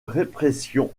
répression